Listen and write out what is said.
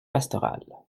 pastorale